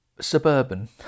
suburban